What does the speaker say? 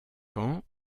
qu’en